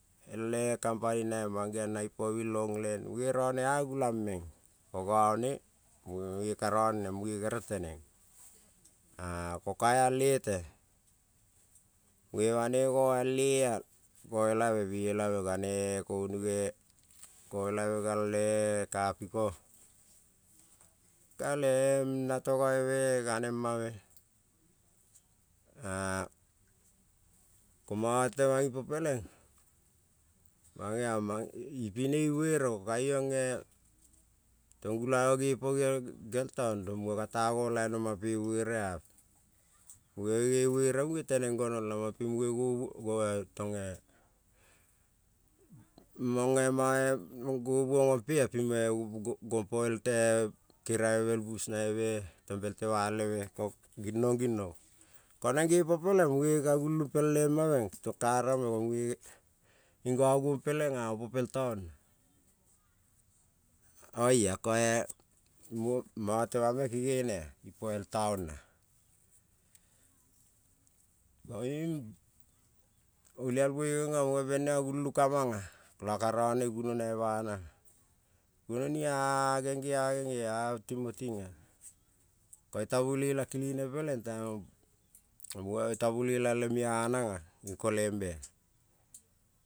El kampaniabe mangeon ne ipo mine el onland, munge ronea gulan meng ko none mune ka ronenen mune gere teneng. Ko ka al-lete mune banoi noal le al elabe be elabe gane konige ngoelabe gal kapiko e natong oe gane ma me ko mono teman ipo pelen mangeon pine ibuere ko iong tong gulan nepo nei town ron muna kata no lain oma pe buere. Mune ne buere mune tenen gonon oma pi mune to ne mange nouon ping keriabe be bus rabe mo temalbe bi ginon konen nepo pelen mune ka gulan pe emamen, ning nonuon pelen a opo pel town oia ko e mono temang kenenea po el town a, mo to ma meng kenena po el town ko in olialmoi no bena gulun ka mang a lo ka rone gunu noi ba nan gunon ko to bolela le mep anana ning kolembea.